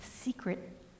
secret